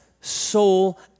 soul